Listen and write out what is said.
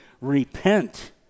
repent